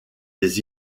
des